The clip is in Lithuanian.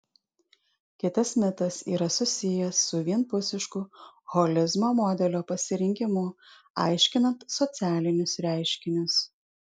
kitas mitas yra susijęs su vienpusišku holizmo modelio pasirinkimu aiškinant socialinius reiškinius